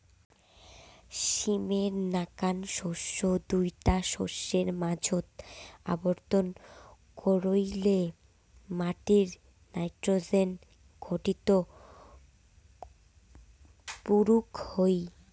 সীমের নাকান শস্য দুইটা শস্যর মাঝোত আবর্তন কইরলে মাটির নাইট্রোজেন ঘাটতি পুরুক হই